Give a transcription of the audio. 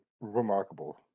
remarkable